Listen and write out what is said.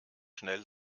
schnell